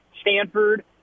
Stanford